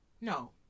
No